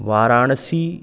Varanasi